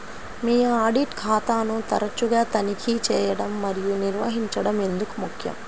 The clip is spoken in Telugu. మీ ఆడిట్ ఖాతాను తరచుగా తనిఖీ చేయడం మరియు నిర్వహించడం ఎందుకు ముఖ్యం?